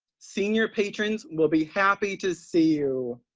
senior patrons will be happy to see you.